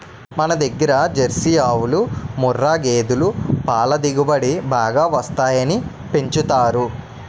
మనదగ్గర జెర్సీ ఆవులు, ముఱ్ఱా గేదులు పల దిగుబడి బాగా వస్తాయని పెంచుతారు